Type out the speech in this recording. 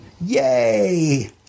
yay